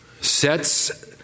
sets